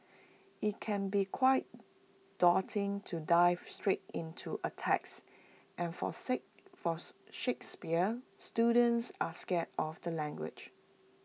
IT can be quite daunting to dive straight into A text and for forth Shakespeare students are scared of the language